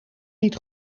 niet